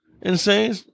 insane